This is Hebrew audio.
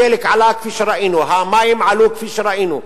הדלק עלה כפי שראינו, המים עלו כפי שראינו.